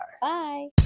Bye